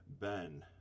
Ben